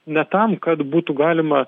ne tam kad būtų galima